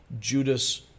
Judas